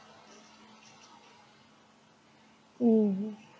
mm mm